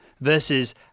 versus